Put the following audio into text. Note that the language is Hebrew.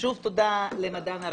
שוב תודה למדען הראשי,